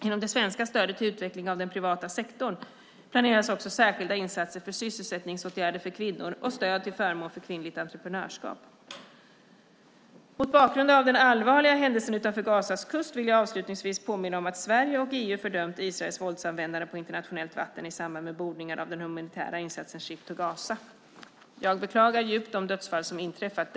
Inom det svenska stödet till utveckling av den privata sektorn planeras också särskilda insatser för sysselsättningsåtgärder för kvinnor och stöd till förmån för kvinnligt entreprenörskap. Mot bakgrund av den allvarliga händelsen utanför Gazas kust vill jag avslutningsvis påminna om att Sverige och EU fördömt Israels våldsanvändande på internationellt vatten i samband med bordningen av den humanitära insatsen Ship to Gaza. Jag beklagar djupt de dödsfall som inträffat.